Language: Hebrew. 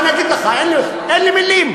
מה אני אגיד לך, אין לי מילים.